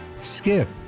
skip